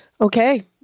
Okay